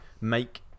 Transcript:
make